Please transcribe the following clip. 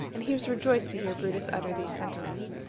and he was rejoiced to hear brutus utter these sentiments.